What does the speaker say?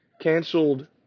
canceled